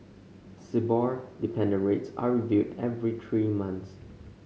Sibor dependent rates are reviewed every three months